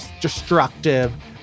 destructive